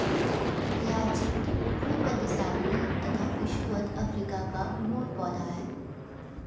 hyacinth भूमध्यसागरीय तथा विषुवत अफ्रीका का मूल पौधा है